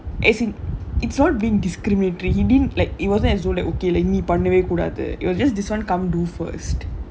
as in it's all being discriminatory he didn't like it wasn't as though they are okay like were me பண்ணவே கூடாது:pannavae koodaathu it was just this [one] come do first